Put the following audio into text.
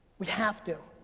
we have to.